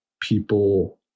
people